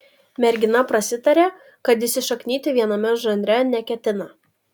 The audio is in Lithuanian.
mergina prasitarė kad įsišaknyti viename žanre neketina